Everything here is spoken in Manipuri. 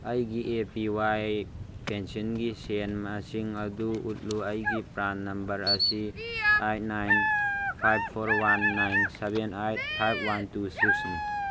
ꯑꯩꯒꯤ ꯑꯦ ꯄꯤ ꯋꯥꯏ ꯄꯦꯟꯁꯤꯟꯒꯤ ꯁꯦꯜ ꯃꯁꯤꯡ ꯑꯗꯨ ꯎꯠꯂꯨ ꯑꯩꯒꯤ ꯄ꯭ꯔꯥꯟ ꯅꯝꯕꯔ ꯑꯁꯤ eight nine five four one nine seven eight five one two ꯁꯤꯛꯁꯅꯤ